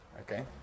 Okay